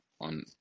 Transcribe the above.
on